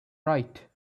right